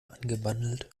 angebandelt